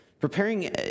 Preparing